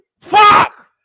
Fuck